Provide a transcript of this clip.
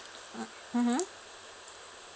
mmhmm